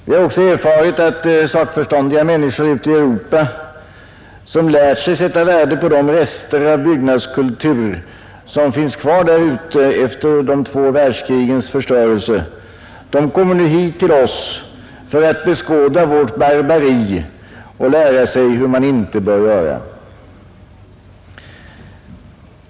Vi har också erfarit att sakförståndiga människor ute i Europa, som lärt sig sätta värde på de rester av byggnadskultur, som finns kvar där ute efter de två världskrigens förstörelse, nu kommer hit till oss för att beskåda vårt barbari och lära sig hur man inte bör göra.